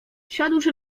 siadłszy